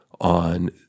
on